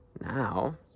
Now